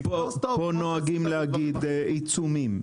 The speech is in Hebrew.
נקנוס אותו --- פה נוהגים להגיד עיצומים.